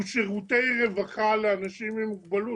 הוא שירותי רווחה לאנשים עם מוגבלות,